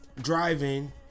driving